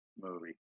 movie